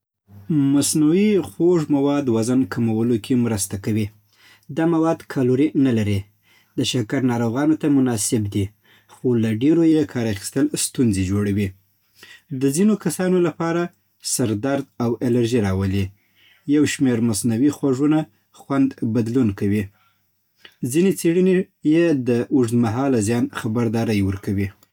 مصنوعي خوږ مواد وزن کمولو کې مرسته کوي. دا مواد کالوري نه لري. د شکر ناروغانو ته مناسب دي. خو له ډېرو يې کار اخيستل ستونزې جوړوي. د ځینو کسانو لپاره سردرد او الرژي راولي. یوشمېر مصنوعي خوږونه د خوند بدلون کوي. ځینې څېړنې یې د اوږدمهاله زیان خبرداری ورکوي.